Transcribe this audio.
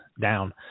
down